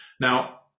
Now